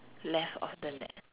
left of the net